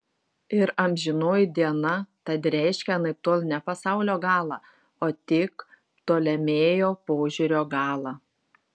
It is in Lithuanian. ir amžinoji diena tad reiškia anaiptol ne pasaulio galą o tik ptolemėjo požiūrio galą